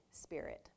Spirit